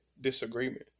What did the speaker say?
disagreement